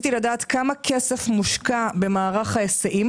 כמה כסף מושקע במערך ההיסעים